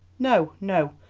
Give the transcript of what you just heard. no, no,